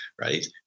right